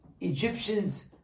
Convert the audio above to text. Egyptians